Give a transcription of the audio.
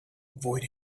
avoid